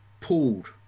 pulled